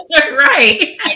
right